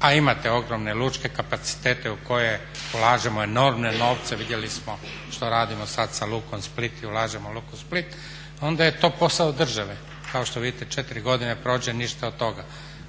a imate ogromne lučke kapacitete u koje ulažemo enormne novce, vidjeli smo što radimo sad sa lukom Split i ulažemo u luku Split, onda je to posao države. Kao što vidite, 4 godine prođe, ništa od toga.